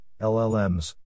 LLMs